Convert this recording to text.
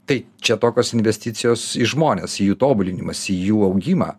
tai čia tokios investicijos į žmones jų tobulinimąsi jų augimą